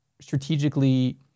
strategically